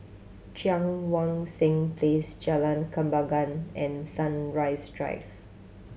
Cheang Wan Seng Place Jalan Kembangan and Sunrise Drive